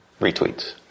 retweets